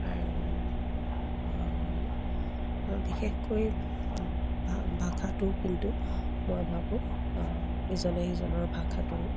আৰু বিশেষকৈ ভাষাটো কিন্তু মই ভাবোঁ ইজনে সিজনৰ ভাষাটো